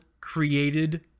created